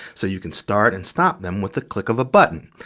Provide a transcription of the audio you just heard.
so you can start and stop them with the click of a button.